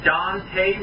Dante